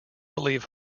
believed